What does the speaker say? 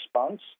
response